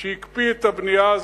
שהקפיא את הבנייה.